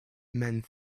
men